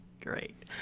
Great